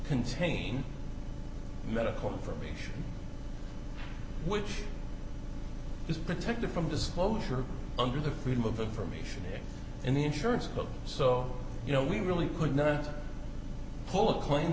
contain medical information which is protected from disclosure under the freedom of information act and the insurance co so you know we really could not pull a claim